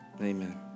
amen